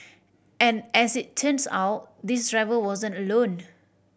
and as it turns out this driver wasn't alone